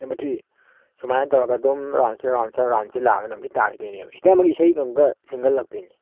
number three ꯁꯨꯃꯥꯏꯅ ꯇꯧꯔꯒ ꯑꯗꯨꯝ ꯔꯥꯎꯟꯁꯤ ꯔꯥꯎꯟꯁꯤ ꯔꯥꯎꯟꯁꯤ ꯂꯥꯛꯂꯒ ꯅꯨꯃꯤꯠ ꯇꯥꯈꯤꯗꯣꯏꯅꯦꯕ ꯁꯤꯗ ꯑꯃꯨꯛꯀ ꯏꯁꯩꯒ ꯑꯃꯨꯛꯀ ꯁꯤꯟꯒꯠꯂꯛꯇꯣꯏꯅꯤ